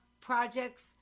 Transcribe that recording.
projects